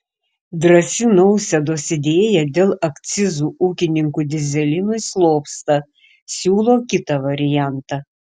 drąsi nausėdos idėja dėl akcizų ūkininkų dyzelinui slopsta siūlo kitą variantą